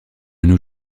nos